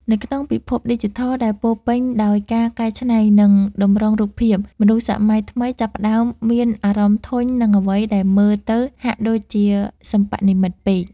នៅក្នុងពិភពឌីជីថលដែលពោរពេញដោយការកែច្នៃ និងតម្រងរូបភាព មនុស្សសម័យថ្មីចាប់ផ្តើមមានអារម្មណ៍ធុញនឹងអ្វីដែលមើលទៅហាក់ដូចជាសិប្បនិម្មិតពេក